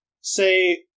say